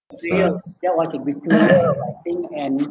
serious then I watching with two years I think and